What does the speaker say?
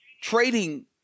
trading